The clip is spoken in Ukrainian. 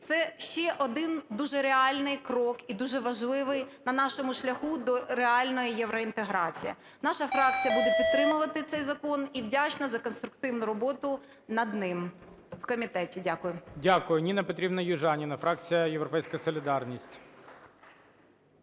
це ще один дуже реальний крок і дуже важливий на нашому шляху до реальної євроінтеграції. Наша фракція буде підтримувати цей закон і вдячна за конструктивну роботу над ним в комітеті. Дякую. ГОЛОВУЮЧИЙ. Дякую. Ніна Петрівна Южаніна, фракція "Європейська солідарність".